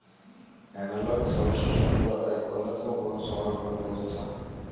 analogue forestry হল এক অন্যতম বন সংরক্ষণ ব্যবস্থা